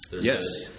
Yes